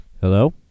Hello